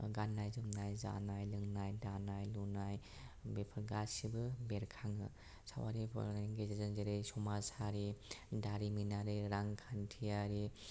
गाननाय जोमनाय जानाय लोंनाय दानाय लुनाय बेफोर गासैबो बेरखाङो साववारि बिजाबनि गेजेरजों जेरै समाज हारि दारिमिन आरो रांखान्थियारि